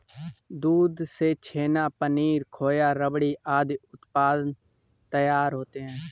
दूध से छेना, पनीर, खोआ, रबड़ी आदि उत्पाद तैयार होते हैं